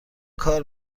کار